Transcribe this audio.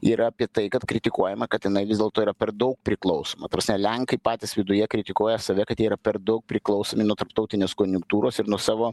yra apie tai kad kritikuojama kad jinai vis dėlto yra per daug priklausoma lenkai patys viduje kritikuoja save kad jie yra per daug priklausomi nuo tarptautinės konjunktūros ir nuo savo